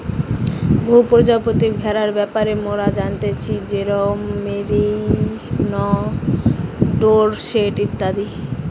বহু প্রজাতির ভেড়ার ব্যাপারে মোরা জানতেছি যেরোম মেরিনো, ডোরসেট ইত্যাদি